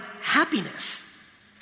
happiness